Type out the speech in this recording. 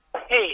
Hey